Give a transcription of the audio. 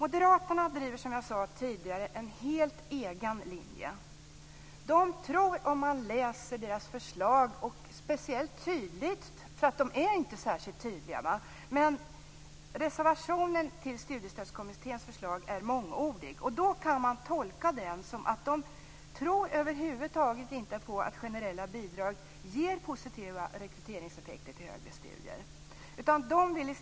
Moderaterna driver, som jag tidigare sagt, en helt egen linje. Det framgår om man läser deras förslag, och då speciellt noga eftersom de inte är särskilt tydliga. Reservationen till Studiestödskommitténs förslag är mångordig. Den kan tolkas så att de över huvud taget inte tror att generella bidrag ger positiva rekryteringseffekter vad gäller högre studier.